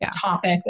topic